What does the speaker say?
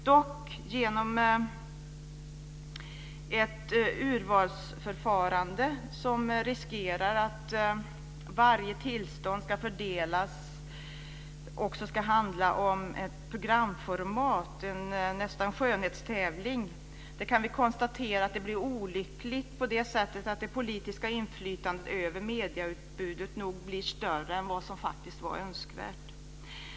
Ett urvalsförfarande som riskerar att varje tillstånd som fördelas också ska handla om ett programformat - ja, nästan en skönhetstävling - blir olyckligt genom att det politiska inflytandet över medieutbudet nog blir större än vad som faktiskt var önskvärt.